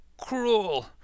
cruel